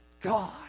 God